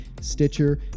Stitcher